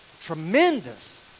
tremendous